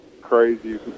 crazy